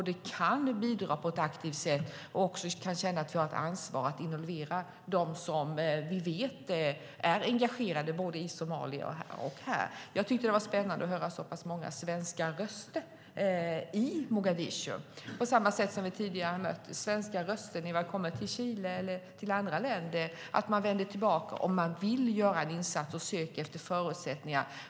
Vi kan bidra på ett aktivt sätt och känna att vi har ett ansvar att involvera dem vi vet är engagerade både i Somalia och här. Jag tyckte att det var spännande att höra så pass många svenska röster i Mogadishu, på samma sätt som vi tidigare har mött svenska röster när vi har kommit till Chile eller till andra länder. Man vänder tillbaka och vill göra en insats, och man söker efter förutsättningar.